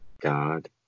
God